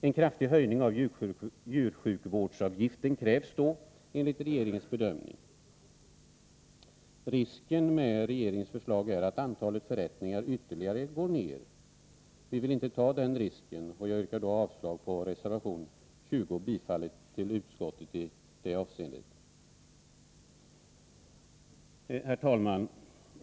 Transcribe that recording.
En kraftig höjning av djursjukvårdsavgiften krävs då, enligt regeringens bedömning. Risken med regeringens förslag är att antalet förrättningar ytterligare går ned. Vi vill inte ta den risken, och jag yrkar därför avslag på reservation 20 och bifall till utskottets hemställan på den punkten. Herr talman!